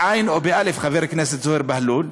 בעי"ן או באל"ף, חבר הכנסת זוהיר בהלול,